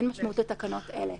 אין משמעות לתקנות אלה.